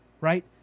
right